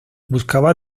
buscaba